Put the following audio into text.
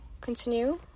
continue